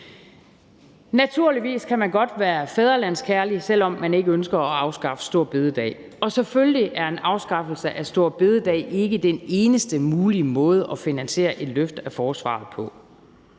Naturligvis kan man godt være fædrelandskærlig, selv om man ikke ønsker at afskaffe store bededag, og selvfølgelig er en afskaffelse af store bededag ikke den eneste mulige måde at finansiere et løft af forsvaret på.